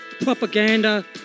propaganda